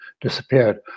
disappeared